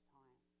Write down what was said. time